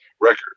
record